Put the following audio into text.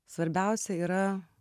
svarbiausia yra